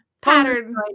pattern